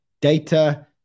data